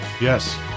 yes